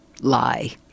lie